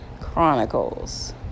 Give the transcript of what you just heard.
Chronicles